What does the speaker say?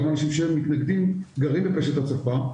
גם אנשים שהם מתנגדים גרים בפשט הצפה.